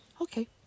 Okay